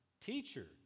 Teacher